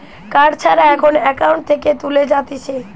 card ছাড়া এখন account থেকে তুলে যাতিছে